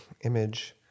image